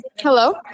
hello